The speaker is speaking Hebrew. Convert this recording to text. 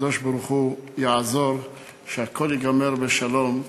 הקדוש-ברוך-הוא יעזור שהכול ייגמר בשלום,